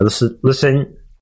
Listen